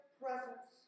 presence